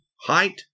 Height